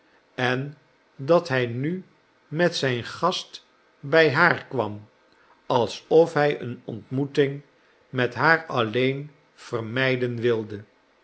en dat hij nu met zijn gast bij haar kwam alsof hij een ontmoeting met haar alleen vermijden wilde